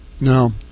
no